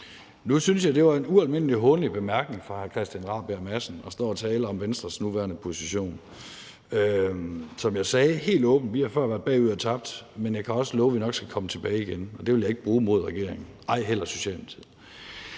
Nu synes jeg, at det var en ualmindelig hånlig bemærkning af hr. Christian Rabjerg Madsen at stå og tale om Venstres nuværende position. Som jeg sagde helt åbent: Vi har før været bagud og tabt, men jeg kan også love, at vi nok skal komme tilbage, og det vil jeg ikke bruge imod regeringen, ej heller Socialdemokratiet.